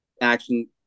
action